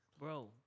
bro